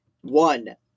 One